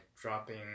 dropping